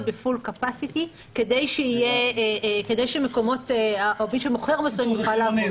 ב-full capacity כדי שזה שמוכר בעצם יוכל לעבוד.